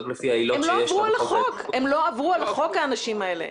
הם לא עברו על החוק, האנשים האלה.